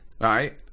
right